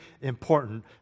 important